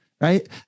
Right